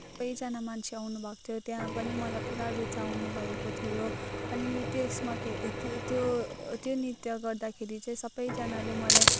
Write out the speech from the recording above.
सबैजना मान्छे आउनुभएको थियो त्यहाँ पनि मलाई पुरा रुचाउनुभएको थियो अनि त्यसमा त्यो त्यो नृत्य गर्दाखेरि चाहिँ सबैजनाले मलाई